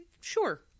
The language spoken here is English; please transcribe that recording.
sure